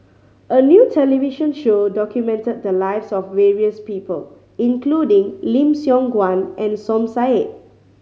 a new television show documented the lives of various people including Lim Siong Guan and Som Said